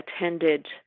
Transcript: attended